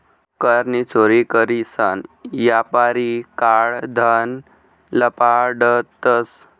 कर नी चोरी करीसन यापारी काळं धन लपाडतंस